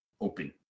open